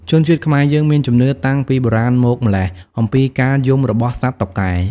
ជនជាតិខ្មែរយើងមានជំនឿតាំងពីបុរាណមកម្ល៉េះ អំពីការយំរបស់សត្វតុកែ។